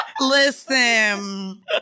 Listen